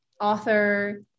author